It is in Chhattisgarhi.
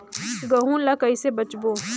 गहूं ला कइसे बेचबो?